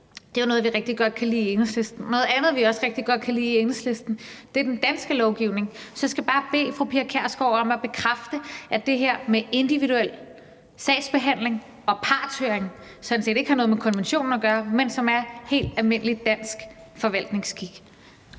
Det er noget, vi rigtig godt kan lide i Enhedslisten. Noget andet, vi også rigtig godt kan lide i Enhedslisten, er den danske lovgivning. Så jeg skal bare bede fru Pia Kjærsgaard om at bekræfte, at det her med individuel sagsbehandling og partshøring sådan set ikke har noget med konventionen at gøre, men at det er helt almindelig dansk forvaltningsskik.